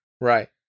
Right